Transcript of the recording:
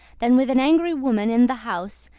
than with an angry woman in the house,